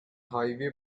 highway